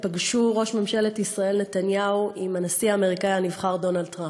ייפגשו ראש ממשלת ישראל נתניהו עם הנשיא האמריקני הנבחר דונלד טראמפ.